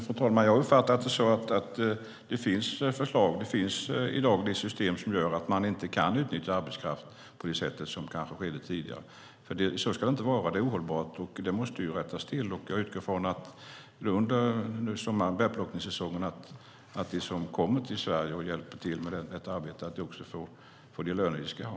Fru talman! Jag har uppfattat det så att det i dag finns förslag och system som gör att man inte kan utnyttja arbetskraft på det sätt som kanske skedde tidigare. Så ska det inte vara. Det är ohållbart, och det måste rättas till. Jag utgår från att de som kommer till Sverige och hjälper till och arbetar med bärplockning också får de löner de ska ha.